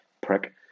prick